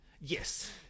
Yes